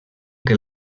que